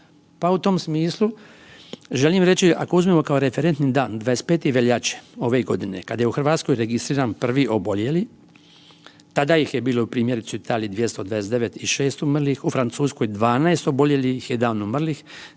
Pa u tom smislu želim reći ako uzmemo kao referentni dan 25. veljače ove godine kada je u Hrvatskoj registriran prvi oboljeli tada ih je bilo primjerice u Italiji 229 i 6 umrlih, u Francuskoj 12 oboljelih i 1 umrli,